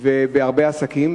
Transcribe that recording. ובהרבה עסקים,